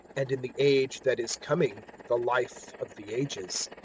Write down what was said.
and in the age that is coming the life of the ages.